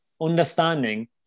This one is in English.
understanding